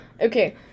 Okay